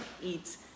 eat